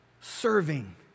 serving